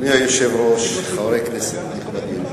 אדוני היושב-ראש, חברי כנסת נכבדים,